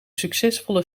succesvolle